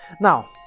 Now